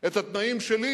את התנאים שלי,